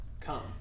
come